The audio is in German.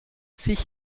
sich